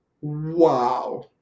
Wow